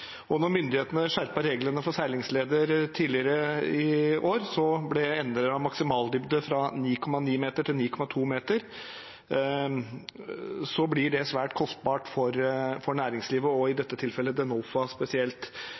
myndighetene skjerpet reglene for seilingsleder tidligere i år, ble maksimaldybde endret fra 9,9 m til 9,2 m. Det blir svært kostbart for næringslivet, og i dette tilfellet for Denofa spesielt.